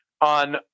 on